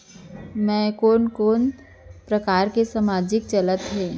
मैं कोन कोन प्रकार के सामाजिक चलत हे?